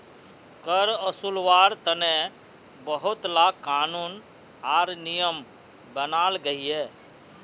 कर वासूल्वार तने बहुत ला क़ानून आर नियम बनाल गहिये